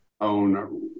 own